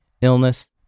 illness